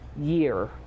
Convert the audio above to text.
year